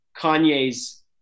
Kanye's